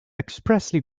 expressly